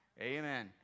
Amen